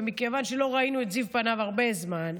ומכיוון שלא ראינו את זיו פניו הרבה זמן,